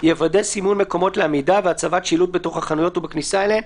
"ויוודא סימון מקומות לעמידה ולהצבת שילוט בתוך החנויות ובכניסה אליהן,